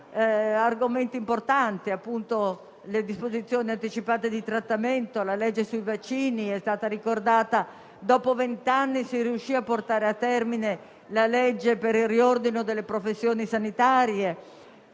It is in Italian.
argomenti importanti, come appunto quello sulle disposizioni anticipate di trattamento, la legge sui vaccini, che è stata ricordata; dopo vent'anni si riuscì a portare a termine la legge per il riordino delle professioni sanitarie,